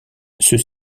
ceux